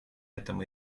этом